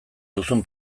duzun